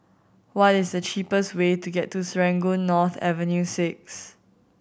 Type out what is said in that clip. what is the cheapest way to Serangoon North Avenue Six